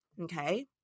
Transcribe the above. okay